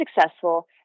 successful